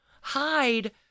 hide